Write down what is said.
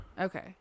Okay